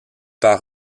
par